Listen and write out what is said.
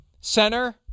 center